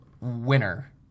Winner